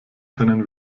können